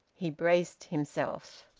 he braced himself.